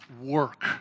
work